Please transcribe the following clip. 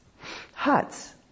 huts